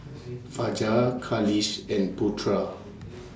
Fajar Khalish and Putra